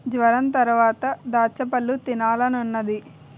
జొరంతరవాత దాచ్చపళ్ళు తినాలనున్నాది